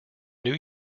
new